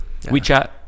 WeChat